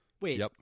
Wait